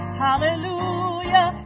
hallelujah